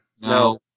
No